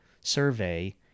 survey